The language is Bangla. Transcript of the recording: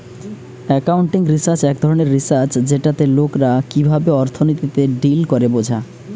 একাউন্টিং রিসার্চ এক ধরণের রিসার্চ যেটাতে লোকরা কিভাবে অর্থনীতিতে ডিল করে বোঝা